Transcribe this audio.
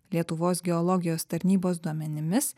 lietuvos geologijos tarnybos duomenimis